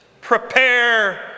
prepare